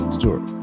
Stewart